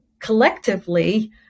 collectively